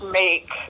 make